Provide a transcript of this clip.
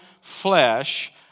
flesh